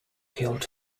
killed